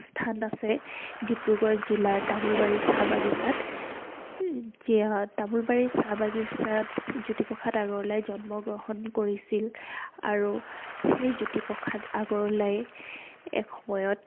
স্থান আছে ডিব্ৰুগড় জিলাৰ তামুলবাৰী চাহ বাগিচাত তামুলবাৰী চাহ বাগিচাত জ্যোতিপ্ৰসাদ আগৰৱালাই জন্ম গ্ৰহণ কৰিছিল আৰু সেই জ্যোতিপ্ৰসাদ আগৰৱালাই এসময়ত